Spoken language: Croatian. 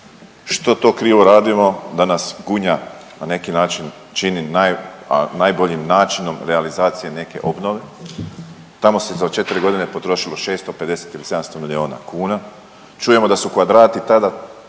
Što to krivo radimo da nas Gunja na neki način čini najboljim načinom realizacije neke obnove? Tamo se za 4 godine potrošilo 650 ili 700 milijuna kuna. Čujemo da su kvadrati tada